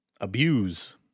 abuse